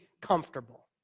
comfortable